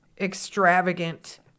extravagant